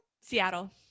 Seattle